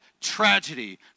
tragedy